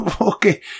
Okay